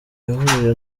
yahuye